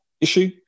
issue